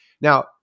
Now